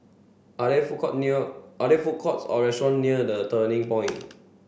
are there food court near are there food courts or restaurant near The Turning Point